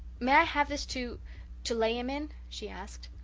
may i have this to to lay him in? she asked.